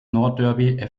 nordderby